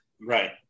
Right